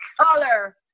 color